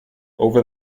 over